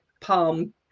palm